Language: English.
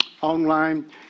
online